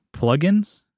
plugins